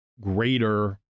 greater